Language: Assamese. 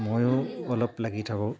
ময়ো অলপ লাগি থাকোঁ